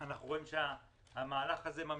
אנחנו רואים שהמהלך הזה ממשיך.